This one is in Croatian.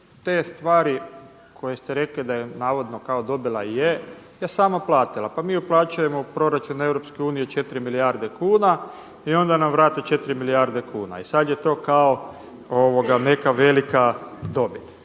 te stvari koje ste rekli da je navodno kao dobila, a je, je sama platila. Pa mi uplaćujemo u proračun EU četiri milijarde kuna i onda nam vrate četiri milijarde kuna i sada je to kao neka velika dobit.